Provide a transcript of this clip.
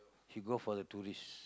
he for the tourist